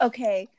Okay